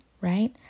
right